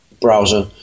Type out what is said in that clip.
browser